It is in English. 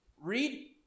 read